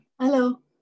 Hello